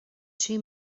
too